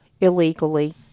illegally